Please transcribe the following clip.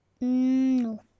No